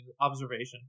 observation